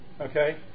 okay